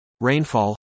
rainfall